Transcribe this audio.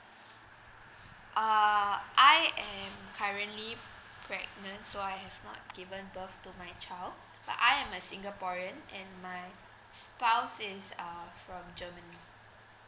err I am currently pregnant so I have not given birth to my child but I am a singaporean and my spouse is uh from germany